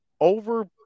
over